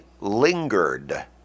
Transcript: lingered